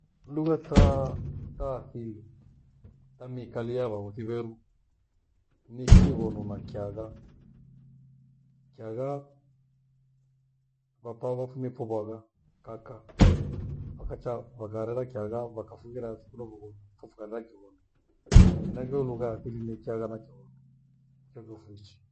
Lugha za asili za miikalie ya vaghossi veru ni kighonu na kyagha. Kyagha, papa vafumie phovywagha kaka wakacha wakarera kyagha fakafughira thikundo vowou fofukana kighonu. Henaicho lugha lugha asili ni kyagha na kighonu iyo ndo vuichi.